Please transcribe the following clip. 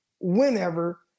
whenever